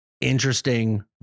interesting